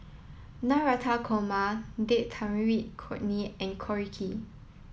Navratan Korma Date Tamarind Chutney and Korokke